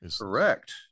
Correct